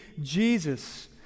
Jesus